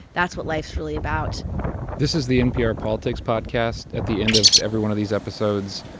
that's what life's really about this is the npr politics podcast. at the end of every one of these episodes,